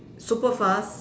super fast